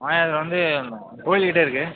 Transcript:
மாயாவரம் வந்து கோயில் கிட்டே இருக்குது